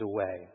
away